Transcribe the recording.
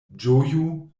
ĝoju